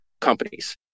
companies